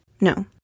No